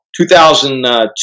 2002